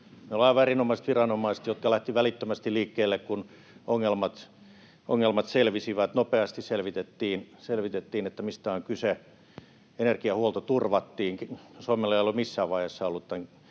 aivan erinomaiset viranomaiset, jotka lähtivät välittömästi liikkeelle, kun ongelmat selvisivät. Nopeasti selvitettiin, mistä on kyse. Energiahuolto turvattiin. Suomella ei ole missään vaiheessa ollut tämän